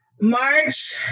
March